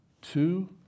Two